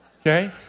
okay